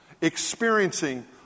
experiencing